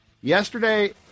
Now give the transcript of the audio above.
Yesterday